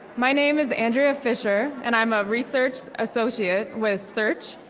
my name is andrea fisher and i'm a research associate with search.